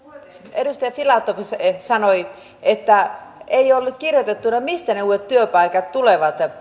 edustaja filatov sanoi että ei ollut kirjoitettuna mistä ne uudet työpaikat tulevat